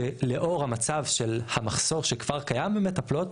שלאור המצב של המחסור שכבר קיים במטפלות,